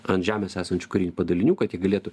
ant žemės esančių padalinių kad jie galėtų